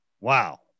Wow